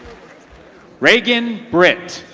reagan britt.